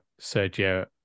Sergio